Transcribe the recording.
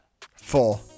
Four